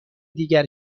دیگر